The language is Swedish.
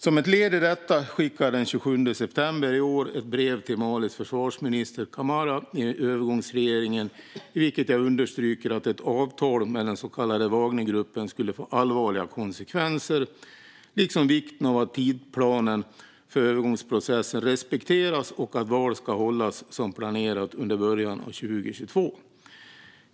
Som ett led i detta skickade jag den 27 september i år ett brev till Malis försvarsminister Camara i övergångsregeringen i vilket jag underströk att ett avtal med den så kallade Wagnergruppen skulle få allvarliga konsekvenser, liksom vikten av att tidsplanen för övergångsprocessen respekteras och att val ska hållas som planerat under början av 2022.